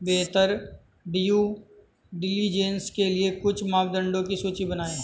बेहतर due diligence के लिए कुछ मापदंडों की सूची बनाएं?